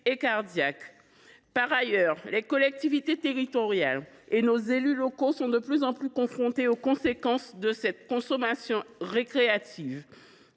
et cardiaques. Par ailleurs, les collectivités territoriales et nos élus locaux sont de plus en plus confrontés aux conséquences de cette consommation récréative,